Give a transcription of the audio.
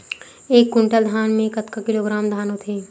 एक कुंटल धान में कतका किलोग्राम धान होथे?